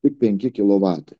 penki kilovatai